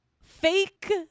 fake